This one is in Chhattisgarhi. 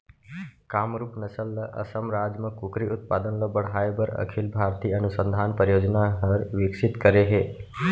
कामरूप नसल ल असम राज म कुकरी उत्पादन ल बढ़ाए बर अखिल भारतीय अनुसंधान परियोजना हर विकसित करे हे